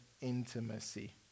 intimacy